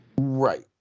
Right